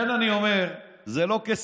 אתה אמרת את זה.